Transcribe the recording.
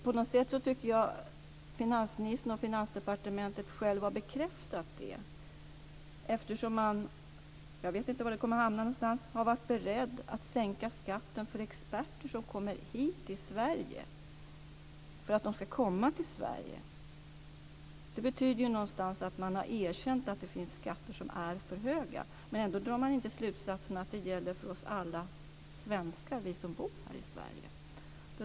Jag tycker att finansministern och Finansdepartementet själva har bekräftat detta, eftersom man har varit beredd att sänka skatten för experter för att de ska komma hit till Sverige. Jag vet inte vad resultatet av detta blir, men det betyder att man har erkänt att det finns skatter som är för höga. Ändå drar man inte slutsatsen att detta också gäller för alla oss svenskar som bor här i Sverige.